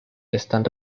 están